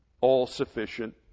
all-sufficient